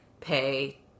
pay